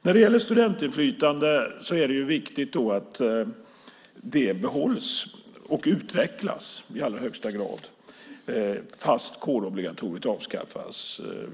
Vad beträffar studentinflytandet är det i allra högsta grad viktigt att det behålls och utvecklas även om kårobligatoriet avskaffas.